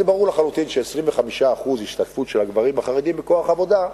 זה ברור לחלוטין ש-25% השתתפות של הגברים החרדים בכוח העבודה,